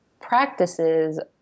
practices